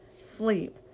Sleep